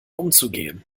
umzugehen